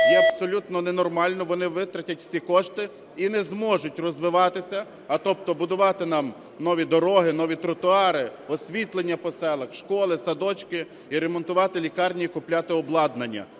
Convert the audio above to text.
є абсолютно ненормальною, вони витратять всі кошти і не зможуть розвиватися, а тобто будувати нам нові дороги, нові тротуари, освітлення по селах, школи, садочки і ремонтувати лікарні і купувати обладнання